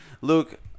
Luke